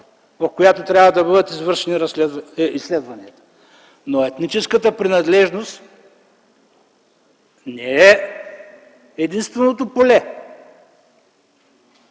в която трябва да бъдат извършени изследванията. Но етническата принадлежност не е единственото поле.